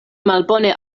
malbone